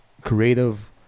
creative